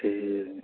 ते